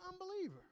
unbeliever